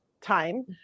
time